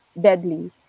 deadly